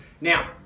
Now